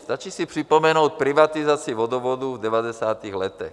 Stačí si připomenout privatizaci vodovodů v 90. letech.